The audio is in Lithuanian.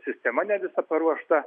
sistema ne visa paruošta